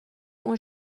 اون